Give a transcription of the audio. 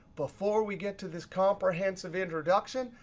before we get to this comprehensive introduction,